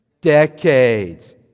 decades